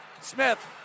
Smith